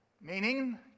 Meaning